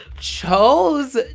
chose